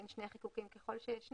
בין שני חיקוקים ככל שישנם,